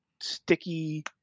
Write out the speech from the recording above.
sticky